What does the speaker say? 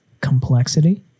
complexity